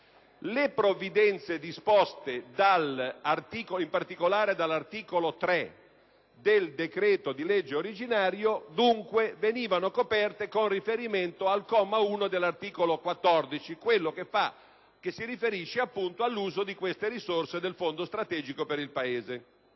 Le provvidenze disposte in particolare dall'articolo 3 del decreto-legge originario venivano dunque coperte con riferimento al comma 1 dell'articolo 14, che si riferisce, appunto, all'uso delle risorse del Fondo strategico per il Paese.